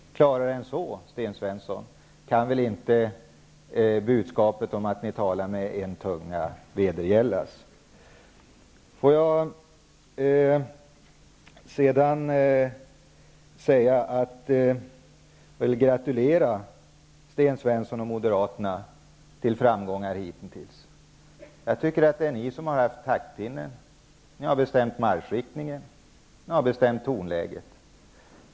Klarare än så kan väl inte budskapet om att ni talar med en tunga vederläggas. Låt mig sedan gratulera Sten Svensson och moderaterna till framgångar hittills. Jag tycker att det är ni som har haft taktpinnen. Ni har bestämt marschriktningen, ni har bestämt tonläget.